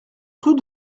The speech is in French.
rue